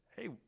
hey